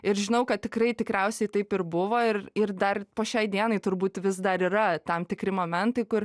ir žinau kad tikrai tikriausiai taip ir buvo ir ir dar po šiai dienai turbūt vis dar yra tam tikri momentai kur